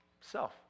Self